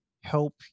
help